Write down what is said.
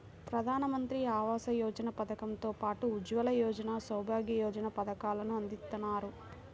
ప్రధానమంత్రి ఆవాస యోజన పథకం తో పాటు ఉజ్వల యోజన, సౌభాగ్య యోజన పథకాలను అందిత్తన్నారు